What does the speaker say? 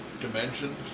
dimensions